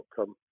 outcome